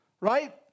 Right